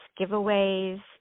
giveaways